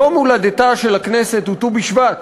יום הולדתה של הכנסת הוא ט"ו בשבט.